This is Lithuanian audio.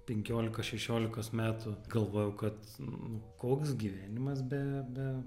penkiolikos šešiolikos metų galvojau kad nu koks gyvenimas be be